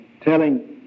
telling